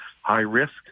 high-risk